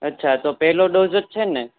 અચ્છા તો પહેલો ડોઝ જ છે ને